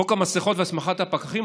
חוק המסכות והסמכת הפקחים,